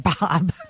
Bob